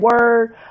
word